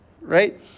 right